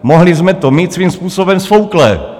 Mohli jsme to mít svým způsobem sfouknuté.